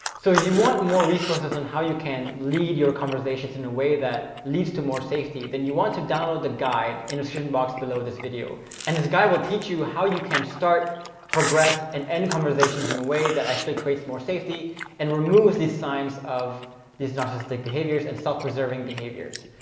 so if you want more resources on how you can lead your conversations in a way that leads to more safety, then you want to download the guide in a certain box below this video and this guy will teach you how you can start progress and end conversations in a way that actually creates more safety and removes these signs of these narcissistic behaviors and self-preserving behaviors.